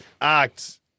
act